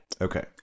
Okay